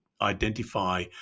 identify